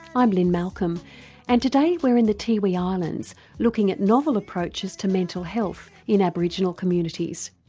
i'm lynne malcolm and today we're in the tiwi islands looking at novel approaches to mental health in aboriginal communities.